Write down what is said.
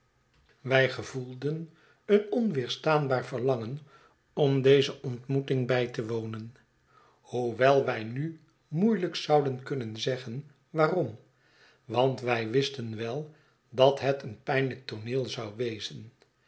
wij gevoelden een onweerstaanbaar verlangen om deze ontmoeting bij te wonen hoewel wij nu moeielijk zouden kunnen zeggen waarom want wij wisten wel dat het eeri pijnlijk tooneel zou wezen